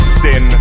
sin